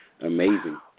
amazing